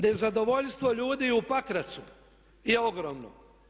Nezadovoljstvo ljudi u Pakracu je ogromno.